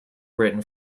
written